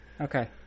Okay